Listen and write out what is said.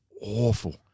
awful